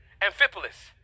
Amphipolis